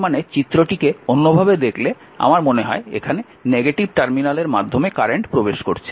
তার মানে চিত্রটি অন্যভাবে দেখলে আমার মনে হয় এখানে নেগেটিভ টার্মিনালের মাধ্যমে কারেন্ট প্রবেশ করছে